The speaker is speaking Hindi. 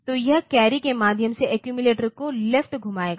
तो यह कैरी के माध्यम से एक्यूमिलेटर को लेफ्ट घुमाएगा